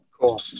Cool